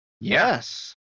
Yes